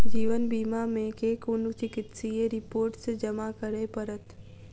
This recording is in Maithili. जीवन बीमा मे केँ कुन चिकित्सीय रिपोर्टस जमा करै पड़त?